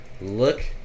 look